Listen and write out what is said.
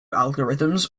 algorithms